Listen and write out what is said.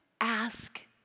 ask